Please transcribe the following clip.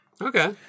Okay